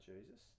Jesus